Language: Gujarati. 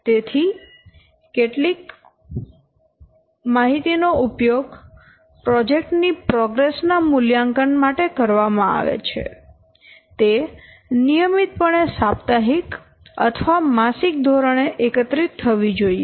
તેથી કેટલીક માહિતી નો ઉપયોગ પ્રોજેક્ટ ની પ્રોગ્રેસ ના મૂલ્યાંકન માટે કરવામાં આવે છે તે નિયમિતપણે સાપ્તાહિક અથવા માસિક ધોરણે એકત્રિત થવી જોઈએ